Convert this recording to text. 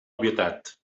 obvietat